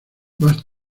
más